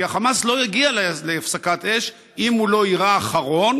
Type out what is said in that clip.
כי החמאס לא יגיע להפסקת אש אם הוא לא יירה אחרון